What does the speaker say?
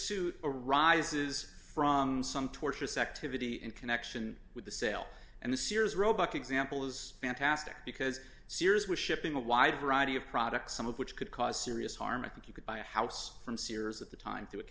suit arises from some torture sect to vittie in connection with the sale and the sears roebuck example is fantastic because sears was shipping a wide variety of products some of which could cause serious harm i think you could buy a house from sears at the time t